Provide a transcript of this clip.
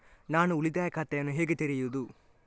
ನಾನು ಉಳಿತಾಯ ಖಾತೆಯನ್ನು ಹೇಗೆ ತೆರೆಯುದು?